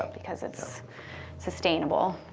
ah because it's sustainable.